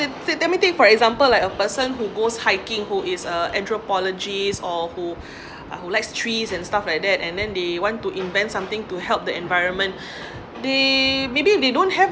let me take for example like a person who goes hiking who is a anthropologists or who uh who likes trees and stuff like that and then they want to invent something to help the environment they maybe they don't have